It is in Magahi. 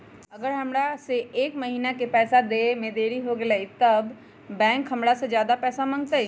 अगर हमरा से एक महीना के पैसा देवे में देरी होगलइ तब बैंक हमरा से ज्यादा पैसा मंगतइ?